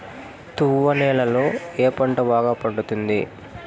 తువ్వ నేలలో ఏ పంట బాగా పండుతుంది?